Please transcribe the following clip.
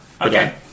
Okay